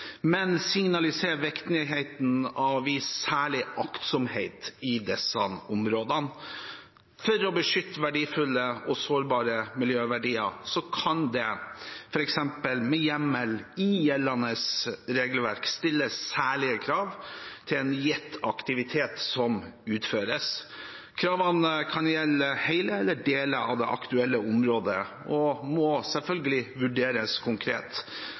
men signaliserer viktigheten av å vise særlig aktsomhet i disse områdene. For å beskytte verdifulle og sårbare miljøverdier kan det f.eks. med hjemmel i gjeldende regelverk stilles særlige krav til gitt aktivitet som utføres. Kravene kan gjelde hele eller deler av det aktuelle området og må selvfølgelig vurderes konkret.